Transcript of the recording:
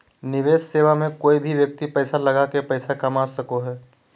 निवेश सेवा मे कोय भी व्यक्ति पैसा लगा के पैसा कमा सको हय